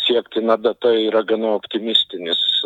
siektina data yra gana optimistinis